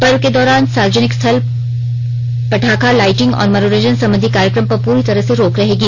पर्व के दौरान सार्वजनिक स्थल पटाखा लाइटिंग और मनोरंजन संबंधी कार्यक्रम पर पूरी तरह से रोक रहेगी